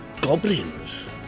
goblins